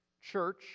Church